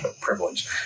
privilege